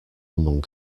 among